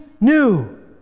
new